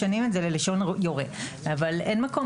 משנים את זה ללשון יורה אבל אין מקום